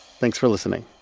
thanks for listening